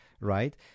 Right